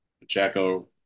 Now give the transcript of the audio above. Pacheco